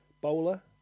Bowler